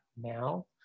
now